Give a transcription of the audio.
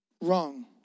wrong